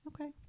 okay